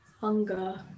hunger